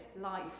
life